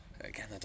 again